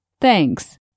Thanks